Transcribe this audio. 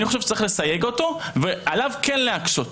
אני חושב שצריך לסייג אותו ועליו וכן להקשות.